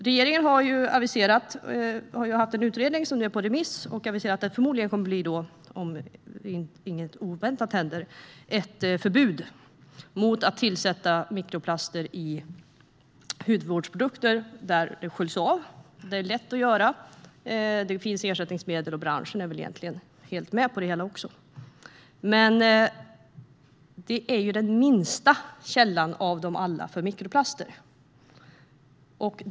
Regeringen har tillsatt en utredning som nu är ute på remiss och aviserat att det förmodligen, om inget oväntat händer, kommer att bli ett förbud mot att tillsätta mikroplaster i hudvårdsprodukter som sköljs av. Det är lätt att genomföra. Det finns ersättningsmedel, och branschen är helt med på det hela. Men det är den minsta källan av dem alla till mikroplaster.